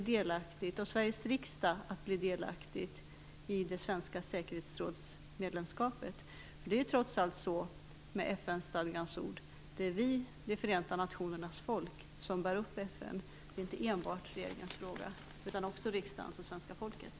Det är ju trots allt så, med FN-stadgans ord, att det är vi, Förenta nationernas folk, som bär upp FN. Det är inte enbart en regeringsfråga, utan också riksdagens och svenska folkets.